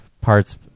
parts